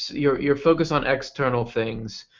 your your focused on external things.